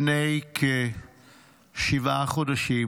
לפני כשבעה חודשים